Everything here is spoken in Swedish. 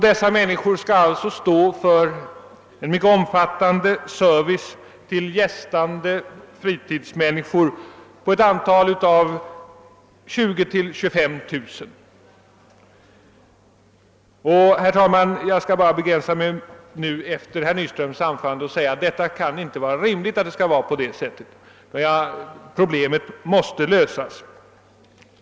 Dessa människor skall alltså stå för en mycket omfattande service till gästande fritidsmänniskor till ett antal av mellan 20 000 och 25 000. Herr talman! Efter herr Nyströms anförande skall jag begränsa mig till att säga, att det inte kan vara rimligt att det är på det sättet. Problemet måste lösas.